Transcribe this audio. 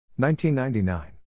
1999